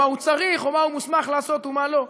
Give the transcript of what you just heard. מה הוא צריך או מה הוא מוסמך לעשות ומה לא.